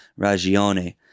ragione